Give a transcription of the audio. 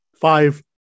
Five